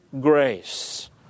grace